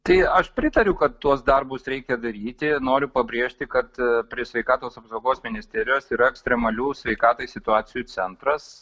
tai aš pritariu kad tuos darbus reikia daryti noriu pabrėžti kad prie sveikatos apsaugos ministerijos yra ekstremalių sveikatai situacijų centras